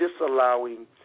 disallowing